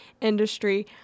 industry